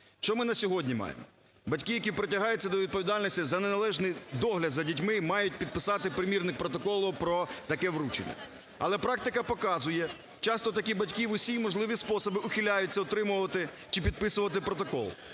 Що ми на сьогодні маємо? Батьки, які притягаються до відповідальності за неналежний догляд за дітьми, мають підписати примірник протоколу про таке вручення. Але практика показує, часто такі батьки в усі можливі способи ухиляються отримувати чи підписувати протокол.